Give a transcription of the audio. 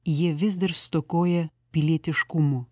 jie vis dar stokoja pilietiškumo